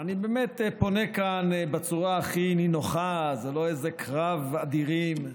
אני פונה כאן בצורה הכי נינוחה ולא באיזה קרב אדירים.